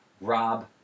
Rob